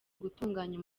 gutunganya